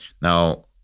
Now